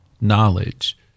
knowledge